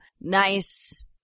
nice